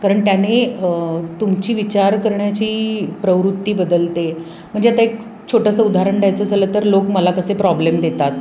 कारण त्याने तुमची विचार करण्याची प्रवृत्ती बदलते म्हणजे आता एक छोटंसं उदाहरण द्यायचं झालं तर लोक मला कसे प्रॉब्लेम देतात